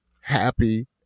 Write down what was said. Happy